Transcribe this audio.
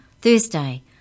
Thursday